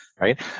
Right